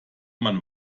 man